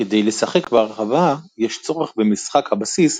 כדי לשחק בהרחבה יש צורך במשחק הבסיס,